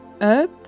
up